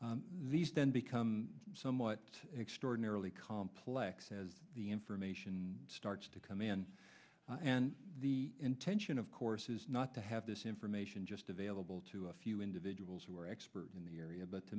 these then become somewhat extraordinarily complex as the information starts to come in and the intention of course is not to have this information just available to a few individuals who are experts in the area but to